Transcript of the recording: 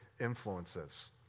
influences